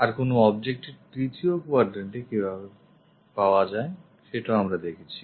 আর কোন object এর তৃতীয় quadrantএর কিভাবে পাওয়া যায় সেটাও আমরা দেখেছি